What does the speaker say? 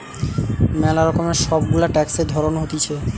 ম্যালা রকমের সব গুলা ট্যাক্সের ধরণ হতিছে